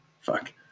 fuck